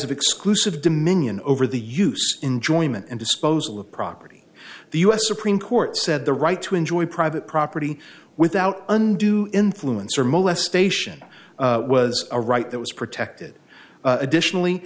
of exclusive dominion over the use enjoyment and disposal of property the us supreme court said the right to enjoy private property without undue influence or molestation was a right that was protected additionally